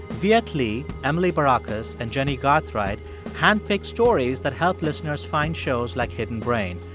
via klee, emily barocas and jenny gathright handpick stories that help listeners find shows like hidden brain.